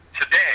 today